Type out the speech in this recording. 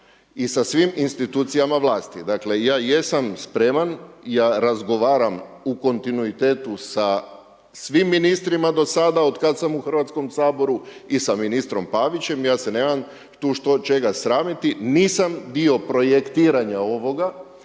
i sa svim institucijama vlasti. Dakle ja jesam spreman, ja razgovaram u kontinuitetu sa svim ministrima do sada otkada sam u Hrvatskom saboru i sa ministrom Pavićem i ja se nemam tu što čega sramiti, nisam dio projektiranja ovoga